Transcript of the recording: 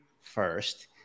first